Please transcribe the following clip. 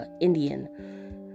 Indian